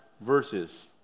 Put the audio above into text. verses